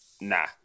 nah